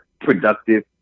productive